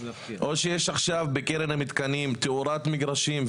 או שיש עכשיו בקרן המתקנים תאורת מגרשים,